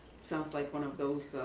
sounds like one of those,